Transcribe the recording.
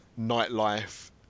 nightlife